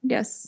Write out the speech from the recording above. Yes